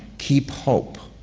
keep hope.